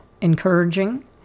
encouraging